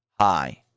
hi